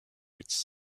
its